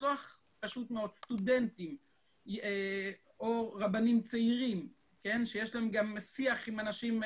לשלוח פשוט מאוד סטודנטים או רבנים צעירים שיש להם גם שיח עם אנשים,